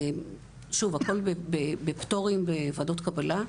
שוב, הכל בפטורים ובוועדות קבלה.